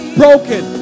broken